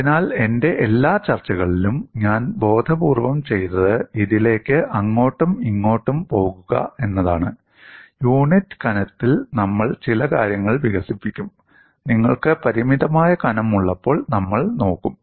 അതിനാൽ എന്റെ എല്ലാ ചർച്ചകളിലും ഞാൻ ബോധപൂർവ്വം ചെയ്തത് ഇതിലേക്ക് അങ്ങോട്ടും ഇങ്ങോട്ടും പോകുക എന്നതാണ് യൂണിറ്റ് കനത്തിൽ നമ്മൾ ചില കാര്യങ്ങൾ വികസിപ്പിക്കും നിങ്ങൾക്ക് പരിമിതമായ കനം ഉള്ളപ്പോൾ നമ്മൾ നോക്കും